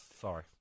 Sorry